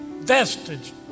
vestige